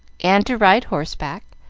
and to ride horseback.